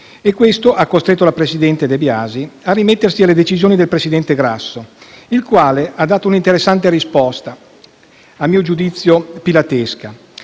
Questo ha costretto la presidente De Biasi a rimettersi alle decisioni del presidente Grasso, il quale ha dato una interessante risposta, a mio giudizio pilatesca: